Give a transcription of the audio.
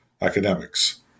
academics